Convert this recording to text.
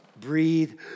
breathe